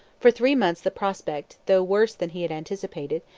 for three months the prospect, though worse than he had anticipated,